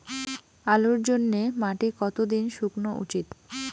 আলুর জন্যে মাটি কতো দিন শুকনো উচিৎ?